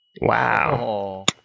wow